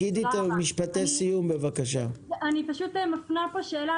אני מפנה שאלה,